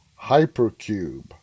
Hypercube